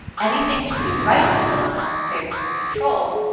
anything to the right of the line favors the control.